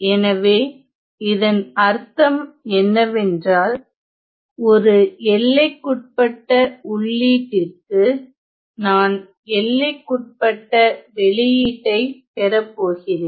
எனவே இதன் அர்த்தம் என்னவென்றால் ஒரு எல்லைக்குட்பட்ட உள்ளீட்டிற்கு நான் எல்லைக்குட்பட்ட வெளியீட்டைப் பெறப் போகிறேன்